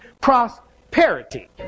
prosperity